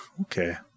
Okay